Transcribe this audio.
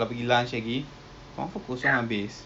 ya